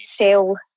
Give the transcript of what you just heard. sell